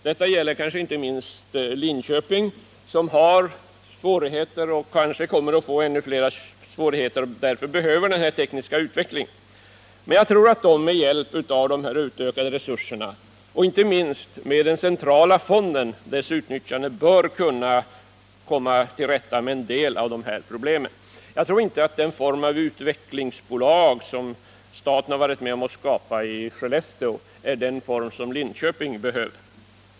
Detta gäller kanske inte minst Linköping, som har svårigheter och kanske kommer att få ännu flera sådana och därför behöver denna tekniska utveckling. Men jag tror att man med hjälp av dessa utökade resurser och inte minst med utnyttjande av den centrala fonden bör kunna komma till rätta med en del av dessa problem. Jag tror inte att den form av utvecklingsbolag som staten varit med om att skapa i Skellefteå är den form som Linköping behöver.